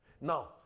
Now